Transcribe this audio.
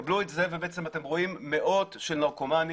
קבלו את זה ובעצם אתם רואים מאות של נרקומנים.